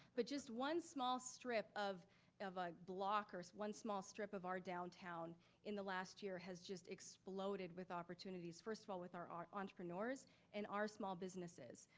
but just one small strip of of a block or one small strip of our downtown in the last year has just exploded with opportunities, opportunities, first of all, with our our entrepreneurs and our small businesses.